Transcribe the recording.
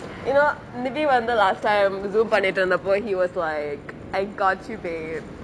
you know nivi வந்து:vanthu last time zoom பண்ணிட்டு இருந்தப்போ:pannitu iruntheppo he was like I got you babe